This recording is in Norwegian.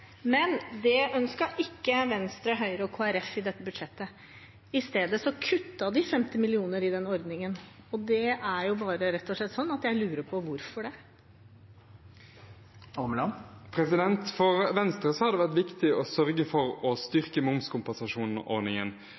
men det ønsket ikke Venstre, Høyre og Kristelig Folkeparti i dette budsjettet. I stedet kuttet de 50 mill. kr i den ordningen. Jeg lurer rett og slett på hvorfor. For Venstre har det vært viktig å sørge for å styrke momskompensasjonsordningen